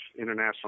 international